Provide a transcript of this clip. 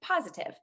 positive